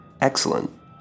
Excellent